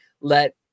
let